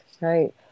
right